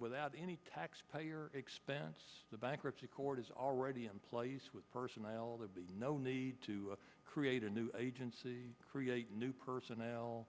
without any taxpayer expense the bankruptcy court is already in place with personnel no need to create a new agency create new personnel